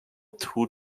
two